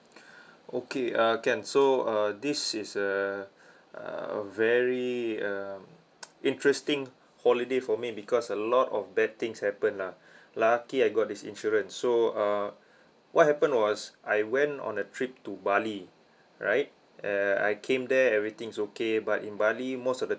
okay uh can so uh this is a a very um interesting holiday for me because a lot of bad things happened lah lucky I got this insurance so uh what happened was I went on a trip to bali right uh I came there everything's okay but in bali most of the